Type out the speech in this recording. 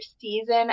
season